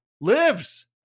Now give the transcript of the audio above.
lives